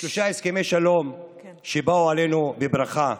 שלושה הסכמי שלום באו עלינו לברכה,